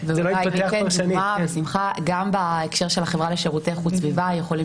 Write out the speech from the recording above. גם בהקשר של החברה לשירותי איכות סביבה יכולים